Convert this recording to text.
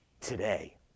today